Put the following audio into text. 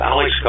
Alex